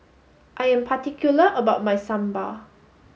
I am particular about my Sambar